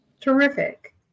Terrific